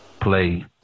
play